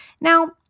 Now